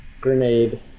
grenade